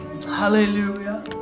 hallelujah